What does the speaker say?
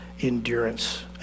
endurance